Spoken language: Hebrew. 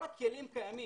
כל הכלים קיימים.